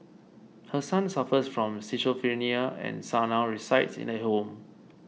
her son suffers from schizophrenia and son now resides in a home